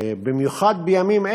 במיוחד בימים אלה,